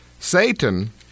Satan